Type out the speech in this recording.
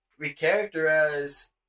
recharacterize